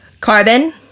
Carbon